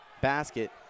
basket